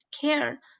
care